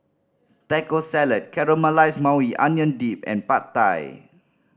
Taco Salad Caramelized Maui Onion Dip and Pad Thai